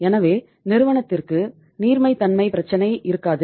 எனவே நிறுவனத்திற்கு நீர்மைத்தன்மை பிரச்சினை இருக்காது